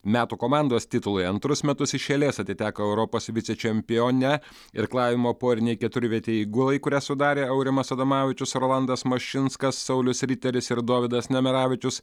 metų komandos titulai antrus metus iš eilės atiteko europos vicečempione irklavimo porinėj keturvietėj įgulai kurią sudarė aurimas adomavičius rolandas maščinskas saulius riteris ir dovydas nemeravičius